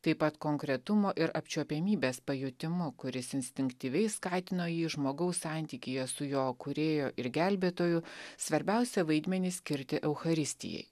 taip pat konkretumo ir apčiuopiamybės pajutimo kuris instinktyviai skatino jį žmogaus santykyje su jo kūrėju ir gelbėtoju svarbiausią vaidmenį skirti eucharistijai